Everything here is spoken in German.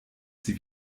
sie